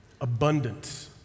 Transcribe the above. Abundance